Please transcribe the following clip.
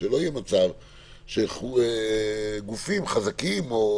שלא יהיה מצב שגופים חזקים לא